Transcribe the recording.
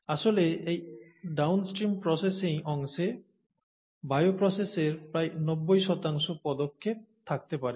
আসলে এই downstream processing অংশে বায়োপ্রসেসের প্রায় 90 পদক্ষেপ থাকতে পারে